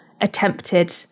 attempted